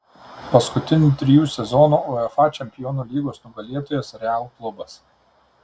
paskutinių trijų sezonų uefa čempionų lygos nugalėtojas real klubas